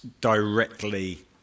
directly